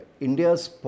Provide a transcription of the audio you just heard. India's